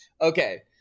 Okay